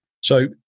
So-